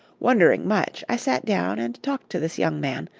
wondering much, i sat down and talked to this young man,